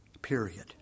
period